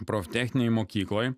profesinėje mokykloje